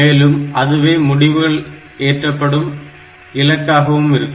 மேலும் அதுவே முடிவுகள் ஏற்றப்படும் இலக்காகவும் இருக்கும்